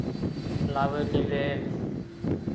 लाबयके लेल